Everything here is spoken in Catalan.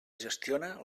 gestiona